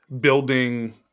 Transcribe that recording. building